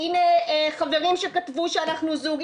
הנה חברים שכתבו שאנחנו זוג,